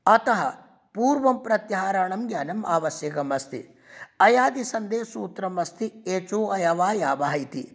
अतः पूर्वं प्रत्याहाराणां ज्ञानं आवश्यकं अस्ति अयादि सन्धेः सूत्रं अस्ति एचोऽयवायावः इति